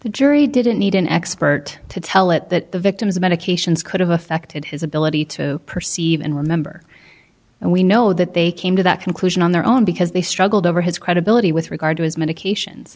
the jury didn't need an expert to tell it that the victim's medications could have affected his ability to perceive and remember and we know that they came to that conclusion on their own because they struggled over his credibility with regard to his medications